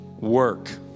work